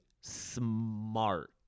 smart